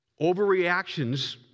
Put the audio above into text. overreactions